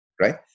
right